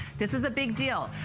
this is a big deal.